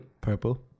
Purple